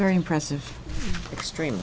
very impressive extreme